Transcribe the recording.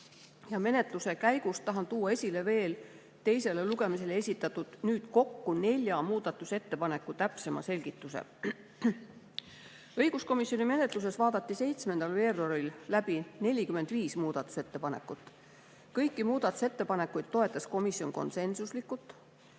Menetluse käigust tahan tuua veel esile teisele lugemisele esitatud kokku nelja muudatusettepaneku täpsema selgituse. Õiguskomisjoni menetluses vaadati 7. veebruaril läbi 45 muudatusettepanekut. Kõiki muudatusettepanekuid toetas komisjon konsensuslikult.